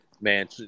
man